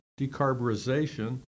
decarburization